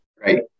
Right